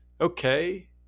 okay